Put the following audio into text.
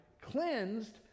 cleansed